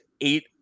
eight